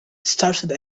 started